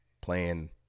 playing